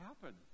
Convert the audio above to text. happen